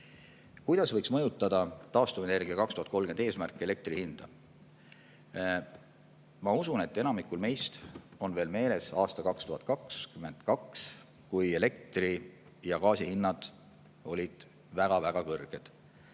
Kuidas võiks mõjutada taastuvenergia 2030 eesmärk elektri hinda? Ma usun, et enamikul meist on veel meeles aasta 2022, kui elektri ja gaasi hinnad olid väga-väga kõrged.